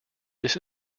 this